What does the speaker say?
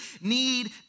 need